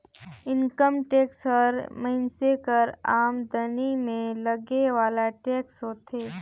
income tax हर मइनसे कर आमदनी में लगे वाला टेक्स होथे